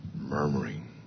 murmuring